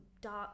dark